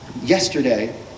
yesterday